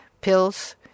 pills